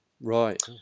Right